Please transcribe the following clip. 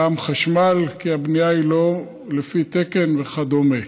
גם בחשמל, כי הבנייה היא לא לפי תקן וכדומה.